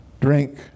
drink